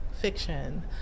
fiction